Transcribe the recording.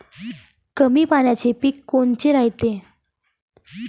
कमी पाण्याचे पीक कोनचे रायते?